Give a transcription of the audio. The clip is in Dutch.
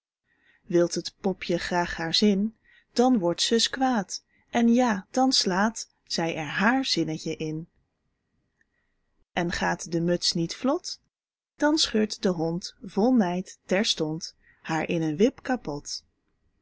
wil t popje graag haar zin dan wordt zus kwaad en ja dan slaat zij er hààr zinnetje in en gaat de muts niet vlot dan scheurt de hond vol nijd terstond haar in een wip kapot